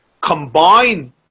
combine